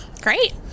Great